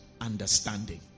Understanding